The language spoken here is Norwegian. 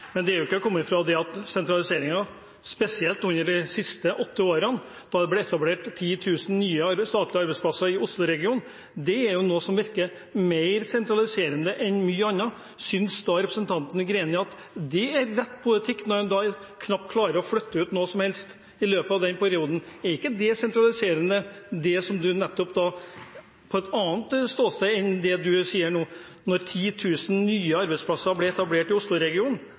Men det er jo ikke til å komme fra at det ble sentralisering, spesielt under de siste åtte årene, da det ble etablert 10 000 nye statlige arbeidsplasser i Osloregionen. Det er jo noe som virker mer sentraliserende enn mye annet. Syns representanten Greni at det er rett politikk når en knapt klarte å flytte ut noe som helst i løpet av den perioden? Er ikke det sentraliserende – hun sa nettopp noe annet fra et annet ståsted – at 10 000 nye arbeidsplasser ble etablert i Osloregionen?